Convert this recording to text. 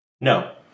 No